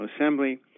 Assembly